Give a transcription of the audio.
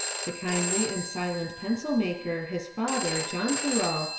the kindly and silent pencil-maker, his father, john thoreau,